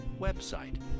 website